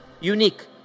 unique